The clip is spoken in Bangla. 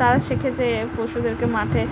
তারা শেখে যে পশুদেরকে মাঠে